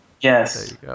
Yes